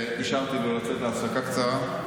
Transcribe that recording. שאישרתי לו לצאת להפסקה קצרה,